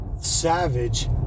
Savage